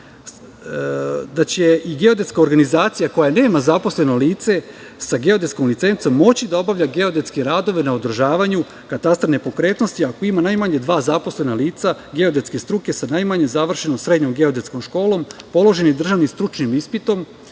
da će i geodetska organizacija koja nema zaposleno lice sa geodetskom licencom moći da obavlja geodetske radove na održavanju katastra nepokretnosti, ako ima najmanje dva zaposlena lica geodetske struke sa najmanje završenom srednjom geodetskom školom, položenim državnim stručnim ispitom